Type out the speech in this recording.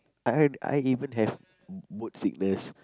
I I even have b~ boat sickness